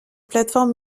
plateforme